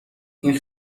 این